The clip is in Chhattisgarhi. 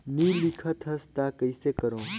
नी लिखत हस ता कइसे करू?